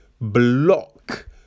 block